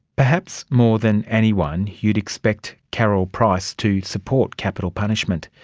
perhaps more than anyone you'd expect carol price to support capital punishment.